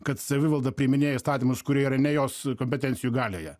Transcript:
kad savivalda priiminėja įstatymus kurie yra ne jos kompetencijų galioje